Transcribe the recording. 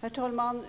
Herr talman!